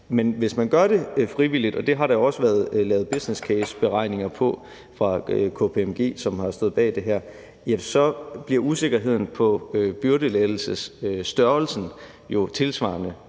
Men hvis man gør det frivilligt – og det har der også været lavet businesscaseberegninger på af KPMG, som har stået bag det her – bliver usikkerheden omkring byrdelettelsesstørrelsen jo tilsvarende